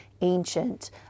ancient